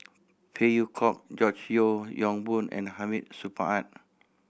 Phey Yew Kok George Yeo Yong Boon and Hamid Supaat